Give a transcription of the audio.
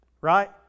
right